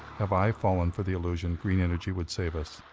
have i fallen for the illusion green energy would save us?